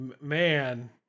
man